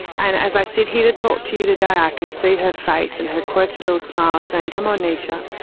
and as i sit here to talk to you today i can see her face and her quirky little smile saying, come on neisha,